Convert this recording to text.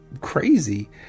crazy